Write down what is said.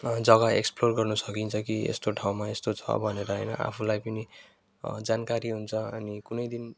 जग्गा एक्सप्लोर गर्नु सकिन्छ कि यस्तो ठाउँमा यस्तो छ भनेर होइन आफूँलाई पनि जानकारी हुन्छ अनि कुनै दिन